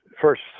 first